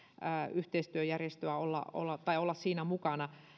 yhteistyöjärjestössä olla mukana